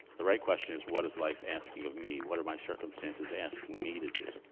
the right question is what is life asking of me? what are my circumstances asking me to do?